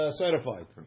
certified